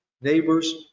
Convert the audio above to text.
neighbors